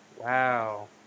Wow